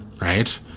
right